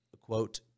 quote